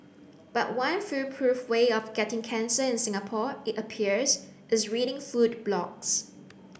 but one foolproof way of getting cancer in Singapore it appears is reading food blogs